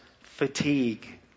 fatigue